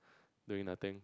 doing nothing